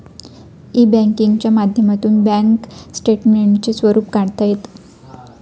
E बँकिंगच्या माध्यमातून bank स्टेटमेंटचे स्वरूप काढता येतं